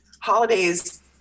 holidays